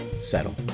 settle